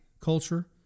culture